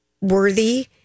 worthy